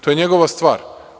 To je njegova stvar.